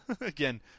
Again